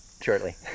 shortly